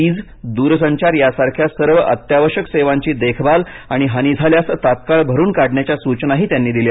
वीज द्रसंचार यासारख्या सर्व अत्यावश्यक सेवांची देखभाल आणि हानी झाल्यास तत्काळ भरुन काढण्याच्या सूचनाही त्यांनी दिल्या